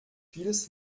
vieles